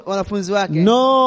no